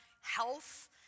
health